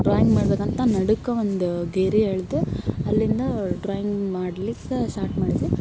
drawing ಮಾಡಬೇಕಂತ ನಡುಕೊಂದ ಗೆರೆ ಎಳೆದು ಅಲ್ಲಿಂದ ಡ್ರಾಯಿಂಗ್ ಮಾಡಲಿಕ್ಕ ಸ್ಟಾರ್ಟ್ ಮಾಡಿದೋ